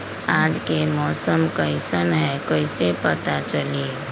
आज के मौसम कईसन हैं कईसे पता चली?